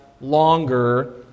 longer